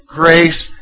grace